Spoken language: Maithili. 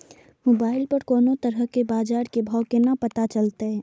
मोबाइल पर कोनो तरह के बाजार के भाव केना पता चलते?